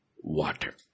water